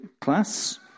class